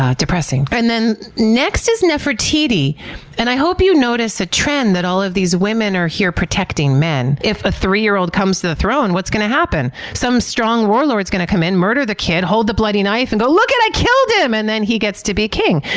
ah depressing. but and then next is nefertiti. and i hope you notice a trend that all of these women are here protecting men. if a three year old comes to the throne, what's going to happen? some strong warlord's gonna come in, murder the kid, hold the bloody knife and go, look! i killed him! and then he gets to be king.